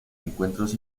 encuentros